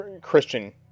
Christian